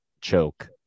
choke